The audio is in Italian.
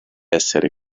essere